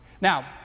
Now